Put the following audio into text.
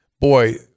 boy